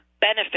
benefit